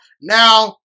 Now